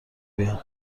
بیام